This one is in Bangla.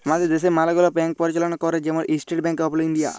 আমাদের দ্যাশে ম্যালা গুলা ব্যাংক পরিচাললা ক্যরে, যেমল ইস্টেট ব্যাংক অফ ইলডিয়া